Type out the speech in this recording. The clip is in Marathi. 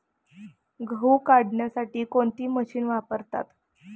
गहू करण्यासाठी कोणती मशीन वापरतात?